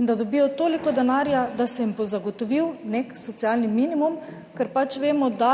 in da dobijo toliko denarja, da se jim bo zagotovil nek socialni minimum, ker pač vemo, da